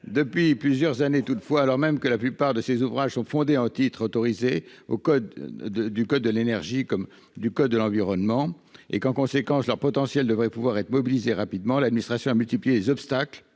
depuis plusieurs années, toutefois, alors même que la plupart de ses ouvrages sont fondées en titre autorisé au code de du code de l'énergie, comme du code de l'environnement et qu'en conséquence leur potentiel devrait pouvoir être mobilisés rapidement l'administration a multiplié les obstacles